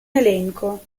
elenco